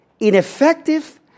ineffective